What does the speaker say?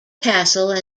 castle